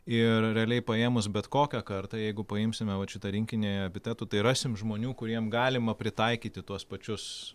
ir realiai paėmus bet kokią kartą jeigu paimsime vat šitą rinkinį epitetų tai rasim žmonių kuriem galima pritaikyti tuos pačius